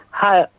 hi.